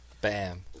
Bam